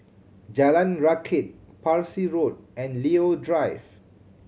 Jalan Rakit Parsi Road and Leo Drive